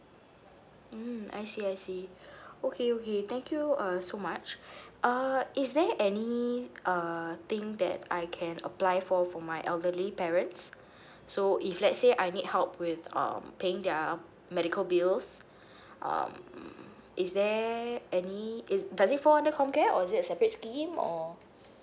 mm I see I see okay okay thank you uh so much uh is there any uh thing that I can apply for for my elderly parents so if let's say I need help with um paying their medical bills um is there any it's does it fall under comcare or is it a separate scheme or